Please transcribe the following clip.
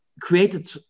created